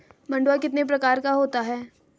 मंडुआ कितने प्रकार का होता है?